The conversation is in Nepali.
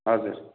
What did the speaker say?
हजुर